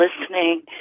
listening